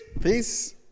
Peace